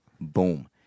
Boom